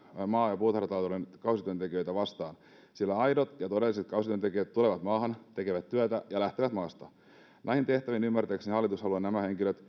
maa ja puutarhatalouden kausityöntekijöitä vastaan sillä aidot ja todelliset kausityöntekijät tulevat maahan tekevät työtä ja lähtevät maasta näihin tehtäviin ymmärtääkseni hallitus haluaa nämä henkilöt